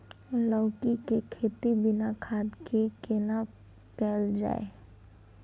लौकी के खेती बिना खाद के केना कैल जाय?